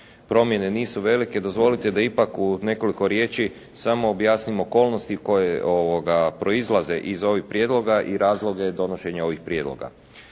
promjene nisu velike. Dozvolite da ipak u nekoliko riječi samo objasnim okolnosti koje proizlaze iz ovih prijedloga i razloge donošenja ovih prijedloga.